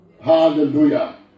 Hallelujah